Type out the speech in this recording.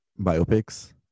biopics